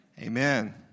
amen